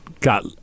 got